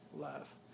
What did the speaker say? love